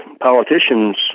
politicians